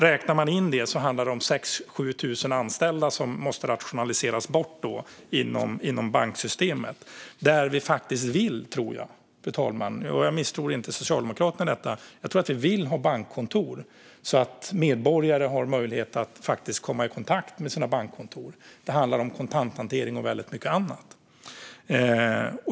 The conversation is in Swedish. Räknar man på det handlar det om 6 000-7 000 anställda som måste rationaliseras bort inom banksystemet. Jag misstror inte Socialdemokraterna i detta, fru talman, utan jag tror att vi vill att medborgare ska kunna komma i kontakt med sitt bankkontor när det gäller kontanthantering och väldigt mycket annat.